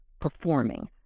performing